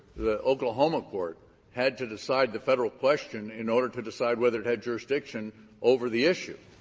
the oklahoma court had to decide the federal question in order to decide whether it had jurisdiction over the issue.